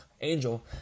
Angel